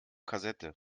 kassette